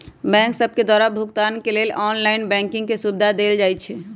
bank सभके द्वारा भुगतान के लेल ऑनलाइन बैंकिंग के सुभिधा देल जाइ छै